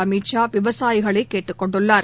அமித்ஷா விவசாயிகளை கேட்டுக்கொண்டுள்ளார்